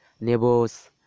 neighbors